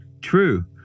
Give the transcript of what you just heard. True